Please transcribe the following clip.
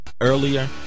earlier